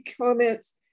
comments